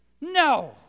No